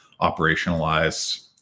operationalize